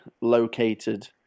located